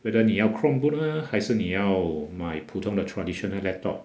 whether 你要 chromebook 呢还是你要买普通的 traditional laptop